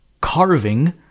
Carving